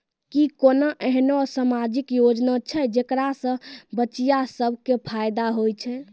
कि कोनो एहनो समाजिक योजना छै जेकरा से बचिया सभ के फायदा होय छै?